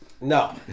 No